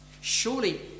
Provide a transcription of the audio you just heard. Surely